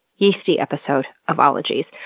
yeasty episode of ologies.